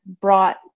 brought